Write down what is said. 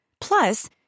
Plus